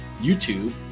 YouTube